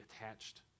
attached